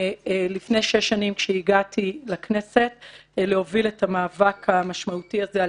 לפני שש שנים כשהגעתי לכנסת - להוביל את המאבק המשמעותי הזה על